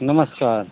नमस्कार